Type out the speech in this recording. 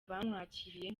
bamwakiriye